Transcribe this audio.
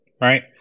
right